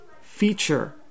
feature